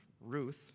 Ruth